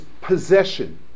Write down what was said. possession